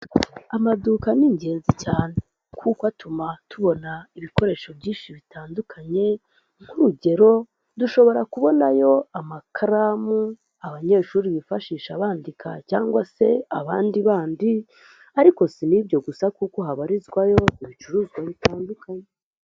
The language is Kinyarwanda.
Amaduka ni ingenzi cyane kuko atuma tubona ibikoresho byinshi bitandukanye, nk'urugero dushobora kubonayo amakaramu abanyeshuri bifashisha bandika cyangwa se abandi ariko si n'ibyo gusa kuko habarizwamo ibicuruzwa bitandukanye.